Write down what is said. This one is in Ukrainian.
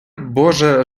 боже